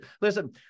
Listen